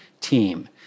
team